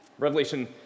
Revelation